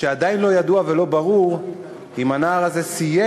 עדיין לא ידוע ולא ברור אם הנער הזה סיים